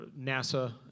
NASA